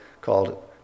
called